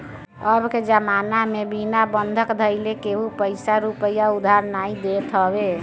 अबके जमाना में बिना बंधक धइले केहू पईसा रूपया उधार नाइ देत हवे